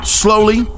slowly